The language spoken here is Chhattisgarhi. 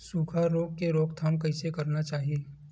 सुखा रोग के रोकथाम कइसे करना चाही?